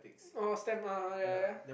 oh stamp (uh huh) ya ya ya